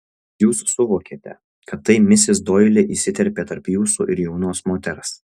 jūs suvokėte kad tai misis doili įsiterpė tarp jūsų ir jaunos moters